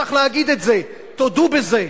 צריך להגיד את זה, תודו בזה,